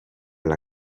alla